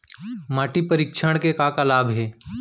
माटी परीक्षण के का का लाभ हे?